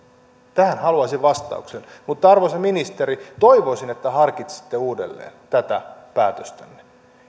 tähän haluaisin vastauksen arvoisa ministeri toivoisin että harkitsette uudelleen tätä päätöstänne